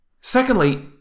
Secondly